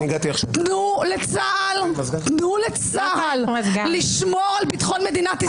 תנו לצה"ל לשמור על ביטחון מדינת ישראל.